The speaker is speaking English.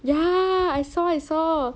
ya I saw I saw